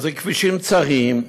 אלה כבישים צרים,